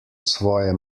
svoje